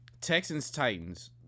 Texans-Titans